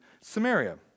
Samaria